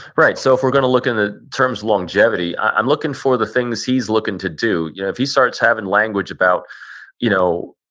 right. so if we're going to look in the terms of longevity, i'm looking for the things he's looking to do. yeah if he starts having language about you know